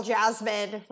Jasmine